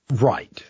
Right